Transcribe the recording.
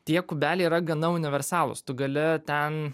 tie kubeliai yra gana universalūs tu gali ten